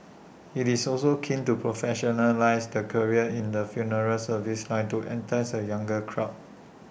he is also keen to professionalise the career in the funeral service line to entice A younger crowd